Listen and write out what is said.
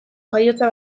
jaiotza